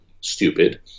stupid